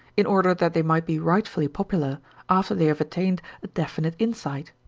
in order that they might be rightfully popular after they have attained a definite insight.